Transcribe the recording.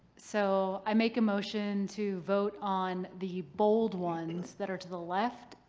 so i make a motion to vote on the bold ones that are to the left,